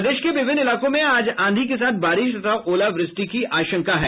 प्रदेश के विभिन्न इलाकों में आज आंधी के साथ बारिश तथा ओलावृष्टि की आशंका है